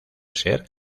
ser